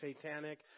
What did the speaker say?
satanic